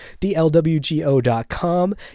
dlwgo.com